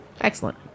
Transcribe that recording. Excellent